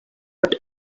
but